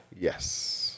Yes